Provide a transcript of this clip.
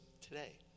today